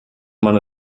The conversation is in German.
man